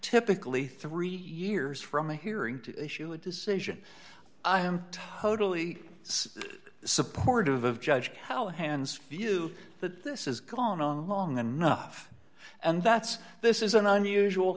typically three years from a hearing to issue a decision i am totally supportive of judge how hands few but this is gone on long enough and that's this is an unusual